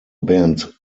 band